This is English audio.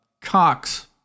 Cox